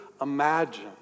imagine